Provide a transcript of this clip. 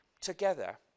together